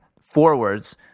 forwards